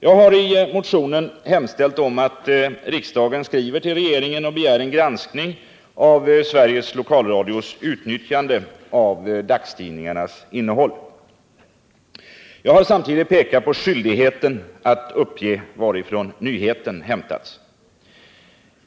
Jag har i motionen hemställt att riksdagen skall skriva till regeringen och begära en granskning av Sveriges Lokalradios utnyttjande av dagstidningarnas innehåll. Jag har samtidigt pekat på skyldigheten att uppge varifrån nyheten hämtas.